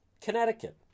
Connecticut